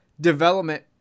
development